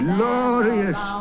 Glorious